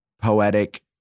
poetic